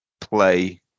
play